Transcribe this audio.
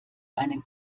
einen